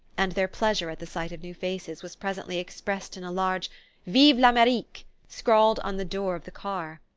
and their pleasure at the sight of new faces was presently expressed in a large vive l'amerique! scrawled on the door of the car.